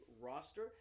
roster